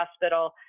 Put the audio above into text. Hospital